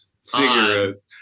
Cigarettes